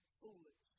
foolish